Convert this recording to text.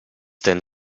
denn